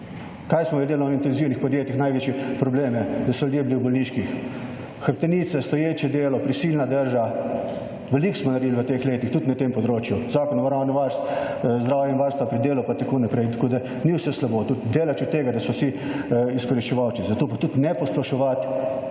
Kaj smo v delovno intenzivnih podjetjih največje probleme, da so ljudje bili v bolniški? Hrbtenice, stoječe delo, prisilna drža, veliko smo naredili v teh letih tudi na tem področju. Zakon o zdravju in varstvu pri delu, pa tako naprej, tako da, ni vse slabo. Tudi daleč od tega, da so vsi izkoriščevalci, zato pa tudi ne posploševati.